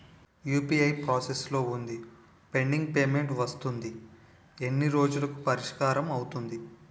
UPI process లో వుంది pending payment వస్తుంది ఎన్ని రోజుల్లో పరిష్కారం అవుతుంది